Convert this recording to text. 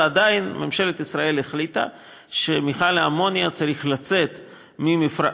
ועדיין ממשלת ישראל החליטה שמכל האמוניה צריך לצאת ממפרץ,